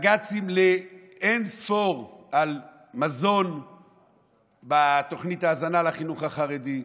בג"צים לאין-ספור על מזון בתוכנית ההזנה לחינוך החרדי,